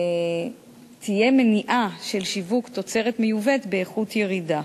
תהיה מניעה של שיווק תוצרת מיובאת באיכות ירודה.